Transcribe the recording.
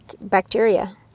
bacteria